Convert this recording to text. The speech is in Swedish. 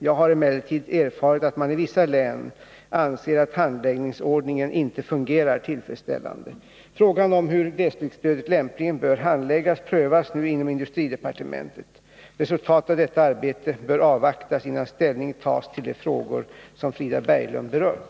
Jag har emellertid erfarit att man i vissa län anser att handläggningsordningen inte fungerar tillfredsställande. Frågan om hur glesbygdsstödet lämpligen bör handläggas prövas nu inom industridepartementet. Resultatet av detta arbete bör avvaktas, innan ställning tas till de frågor som Frida Berglund berört.